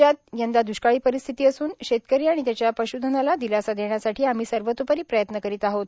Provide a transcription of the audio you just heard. राज्यात यंदा द्रष्काळी परिस्थिती असून शेतकरी आणि त्याच्या पशूधनला दिलासा देण्यासाठी आम्ही सर्वतोपरी प्रयत्न करीत आहोत